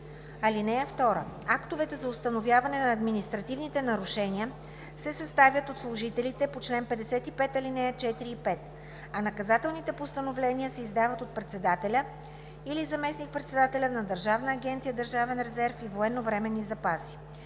Актовете за установяване на административните нарушения се съставят от служителите по чл. 55, ал. 4 и 5, а наказателните постановления се издават от председателя или заместник-председателя на Държавна агенция „Държавен резерв и военновременни запаси“,